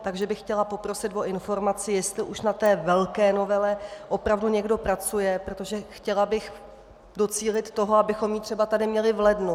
Takže bych chtěla poprosit o informaci, jestli už na té velké novele opravdu někdo pracuje, protože bych chtěla docílit toho, abychom ji třeba tady měli v lednu.